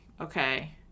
okay